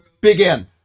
Begin